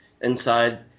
inside